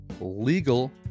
Legal